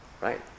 right